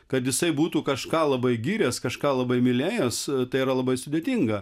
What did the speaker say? kad jisai būtų kažką labai gyręs kažką labai mylėjęs tai yra labai sudėtinga